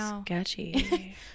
Sketchy